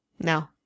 No